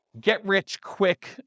get-rich-quick